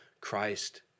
Christ